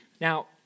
Now